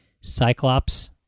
Cyclops